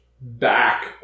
back